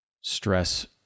stress